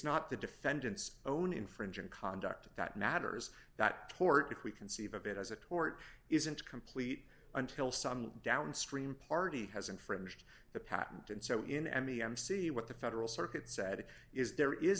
not the defendant's own infringing conduct that matters that court if we conceive of it as a tort isn't complete until some downstream party has infringed the patent and so in any mc what the federal circuit said is there is